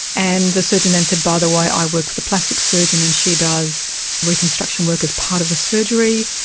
and the surgeon then said, by the way, i work with a plastic surgeon and she does reconstruction work as part of the surgery,